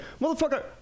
motherfucker